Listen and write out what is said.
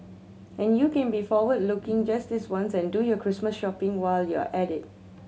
and you can be forward looking just this once and do your Christmas shopping while you're at it